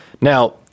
Now